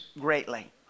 greatly